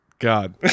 God